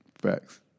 Facts